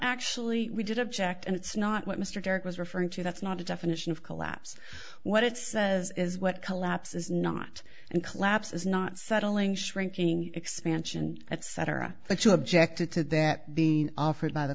actually we did object and it's not what mr garrett was referring to that's not a definition of collapse what it says is what collapse is not an collapse is not settling shrinking expansion etc but you objected to that being offered by the